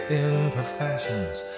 imperfections